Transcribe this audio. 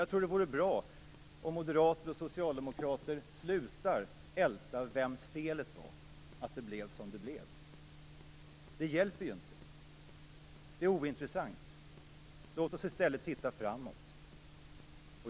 Jag tror att det är bra om moderater och socialdemokrater slutar älta vems fel det var att det blev som det blev. Det hjälper ju inte. Det är ointressant. Låt oss i stället titta framåt.